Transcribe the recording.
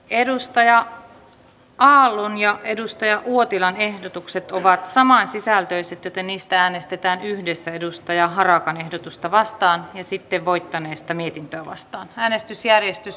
edustaja aallon ja edustaja uotilan ehdotukset ovat samansisältöiset joten niistä äänestetään yhdessä edustaja harakan ehdotusta vastaan ja sitten voittaneesta mietintöä vastaan äänestysjärjestys